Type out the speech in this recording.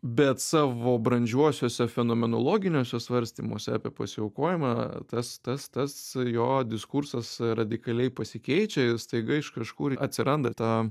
bet savo brandžiuosiuose fenomenologiniuose svarstymuose apie pasiaukojimą tas tas tas jo diskursas radikaliai pasikeičia ir staiga iš kažkur atsiranda ta